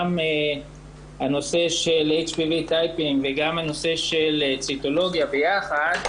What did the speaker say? גם הנושא של HPV-Typing וגם הנושא של ציטולוגיה ביחד,